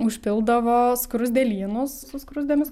užpildavo skruzdėlynus su skruzdėmis